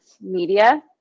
Media